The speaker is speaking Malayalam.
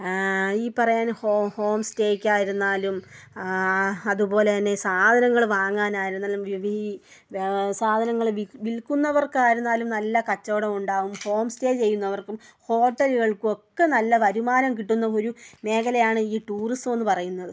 ഈ പറയാൻ ഹോം ഹോംസ്റ്റേക്കായിരുന്നാലും അതുപോലെതന്നെ സാധനങ്ങൾ വാങ്ങാനായിരുന്നാലും വീ സാധനങ്ങൾ വിൽ വിൽക്കുന്നവർക്കായിരുന്നാലും നല്ല കച്ചവടമുണ്ടാകും ഹോം സ്റ്റേ ചെയ്യുന്നവർക്കും ഹോട്ടലുകൾക്കും ഒക്കെ നല്ല വരുമാനം കിട്ടുന്ന ഒരു മേഖലയാണ് ഈ ടൂറിസമെന്ന് പറയുന്നത്